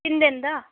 किन्ने दिन दा